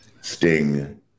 Sting